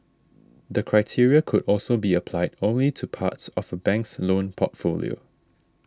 the criteria could also be applied only to parts of a bank's loan portfolio